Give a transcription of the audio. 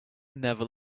never